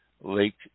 Lake